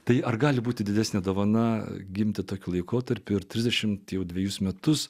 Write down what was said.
tai ar gali būti didesnė dovana gimti tokiu laikotarpiu ir trisdešimt jau dvejus metus